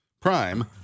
prime